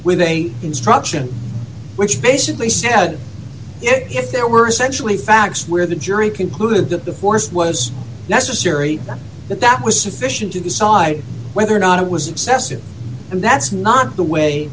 with a instruction which basically said if there were essentially facts where the jury concluded that the force was necessary that that was sufficient to decide whether or not it was excessive and that's not the way